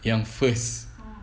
yang first